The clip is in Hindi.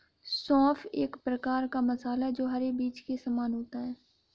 सौंफ एक प्रकार का मसाला है जो हरे बीज के समान होता है